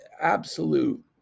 absolute